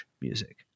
music